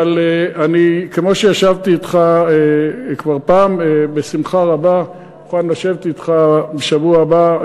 אבל כמו שישבתי אתך כבר פעם בשמחה רבה אני מוכן לשבת אתך בשבוע הבא,